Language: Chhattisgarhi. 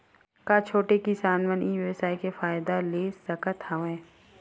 का छोटे किसान मन ई व्यवसाय के फ़ायदा ले सकत हवय?